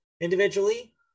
Individually